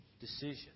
decision